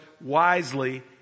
wisely